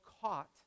caught